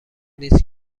نیست